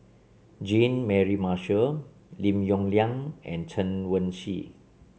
Jean Mary Marshall Lim Yong Liang and Chen Wen Hsi